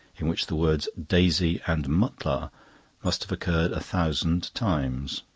in which the words daisy and mutlar must have occurred a thousand times.